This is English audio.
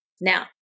Now